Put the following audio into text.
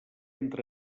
entre